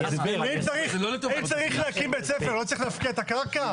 ואם צריך להקים בית ספר לא צריך להפקיע את הקרקע?